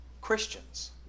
Christians